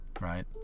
right